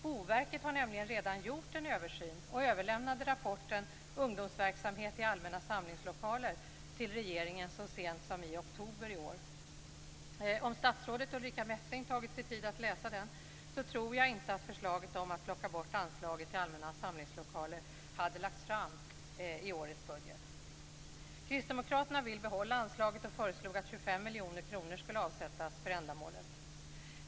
Boverket har nämligen redan gjort en översyn och överlämnade rapporten Ungdomsverksamhet i allmänna samlingslokaler till regeringen så sent som i oktober i år. Om statsrådet Ulrica Messing tagit sig tid att läsa den tror jag inte att förslaget om att plocka bort anslaget till allmänna samlingslokaler hade lagts fram i årets budget. Kristdemokraterna vill behålla anslaget och föreslog att 25 miljoner kronor skulle avsättas för ändamålet.